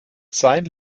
sein